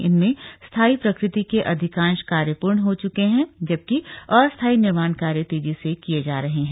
इनमें स्थायी प्रकृति के अधिकांश कार्य पूर्ण हो चुके जबकि अस्थायी निर्माण कार्य तेजी से किये जा रहे हैं